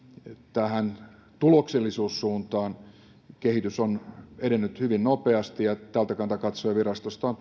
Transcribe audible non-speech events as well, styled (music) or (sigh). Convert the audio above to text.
tähän tuloksellisuussuuntaan kehitys on edennyt hyvin nopeasti ja tältä kannalta katsoen virastosta on (unintelligible)